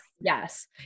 Yes